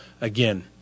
again